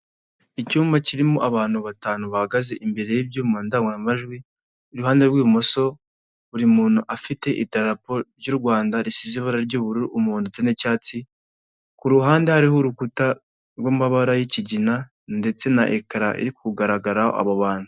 Icyumba kirimo abantu batanu bahagaze imbere y'ibyuma ndangururamajwi, iruhande rw'ibumoso buri muntu afite idarapo ry'u Rwanda risize ibara ry'ubururu, umuhondo ndetse n'icyatsi; kuruhande hariho urukuta rw'amabara y'ikigina, ndetse na ekara iri kugaragaraho abo bantu.